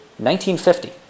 1950